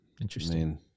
interesting